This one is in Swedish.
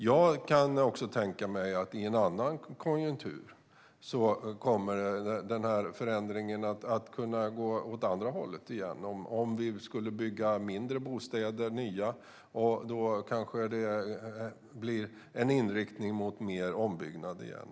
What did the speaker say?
Jag kan också tänka mig att i en annan konjunktur kan denna utveckling komma att gå åt det andra hållet igen. Om vi skulle bygga mindre, nya bostäder kanske det blir en inriktning mot mer ombyggnad igen.